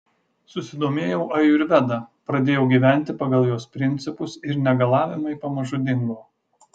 susidomėjau ajurveda pradėjau gyventi pagal jos principus ir negalavimai pamažu dingo